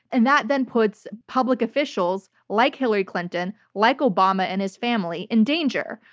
and that then puts public officials, like hillary clinton, like obama and his family, in danger.